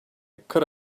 could